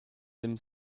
dem